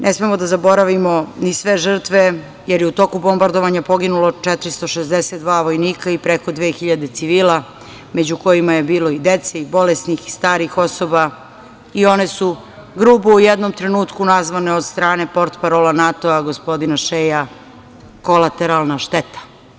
Ne smemo da zaboravimo ni sve žrtve, jer je u toku bombardovanja poginulo 462 vojnika i preko 2.000 civila, među kojima je bilo i dece i bolesnih i starih osoba i one su grubo u jednom trenutku nazvane od strane portparola NATO-a gospodina Šeja "kolateralna šteta"